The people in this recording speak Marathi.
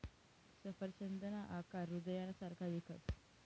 सफरचंदना आकार हृदयना सारखा दिखस